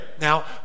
Now